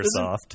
Microsoft